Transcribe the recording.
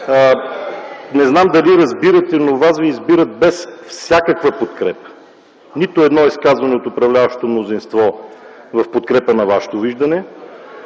Не знам дали разбирате, но Вас Ви избират без всякаква подкрепа – нито едно изказване от управляващото мнозинство в подкрепа на Вашето виждане;